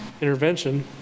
intervention